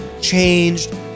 changed